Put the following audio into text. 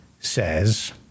says